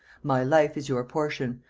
my life is your portion,